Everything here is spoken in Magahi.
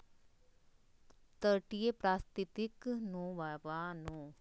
तटीय पारिस्थितिक तंत्र के संरक्षित और तटीय समुदाय लगी मछली पालन करल जा हइ